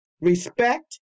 respect